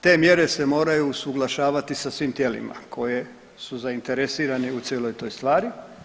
Te mjere se moraju usuglašavati sa svim tijelima koje su zainteresirane u cijeloj toj stvari.